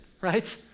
right